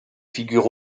figure